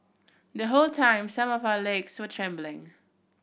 the whole time some of our legs were trembling